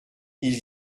ils